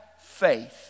faith